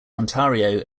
ontario